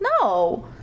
No